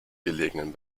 gelegenen